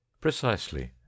Precisely